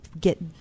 get